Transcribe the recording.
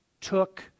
took